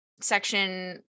section